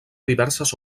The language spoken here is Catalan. diverses